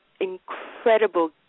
incredible